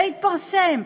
זה התפרסם,